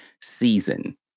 season